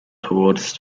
towards